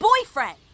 boyfriend